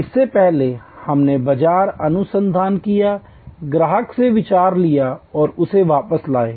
इससे पहले हमने बाजार अनुसंधान किया ग्राहक से विचार लिया और उसे वापस लाया